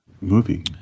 movie